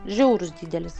žiaurus didelis